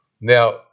Now